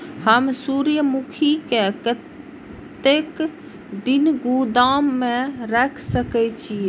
हम सूर्यमुखी के कतेक दिन गोदाम में रख सके छिए?